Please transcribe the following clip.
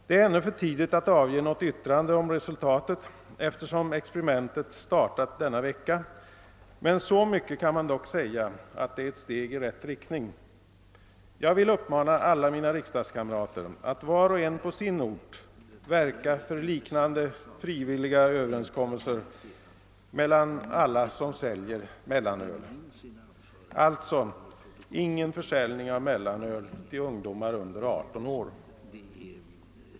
Det är ännu för tidigt att avge något yttrande om resultatet, eftersom experimentet startat denna vecka, men så mycket kan man dock säga, att det är ett steg i rätt riktning. Jag vill uppmana alla mina riksdagskamrater att var och en på sin ort verka för liknande frivilliga över enskommelser mellan alla som säljer mellanöl. Alltså: ingen försäljning av mellanöl till ungdomar under 18 år!